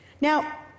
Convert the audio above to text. Now